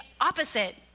opposite